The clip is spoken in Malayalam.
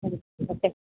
മ്മ് ഓക്കെ